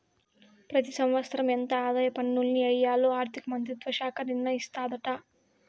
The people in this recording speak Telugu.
పెతి సంవత్సరం ఎంత ఆదాయ పన్నుల్ని ఎయ్యాల్లో ఆర్థిక మంత్రిత్వ శాఖ నిర్ణయిస్తాదాట